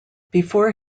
before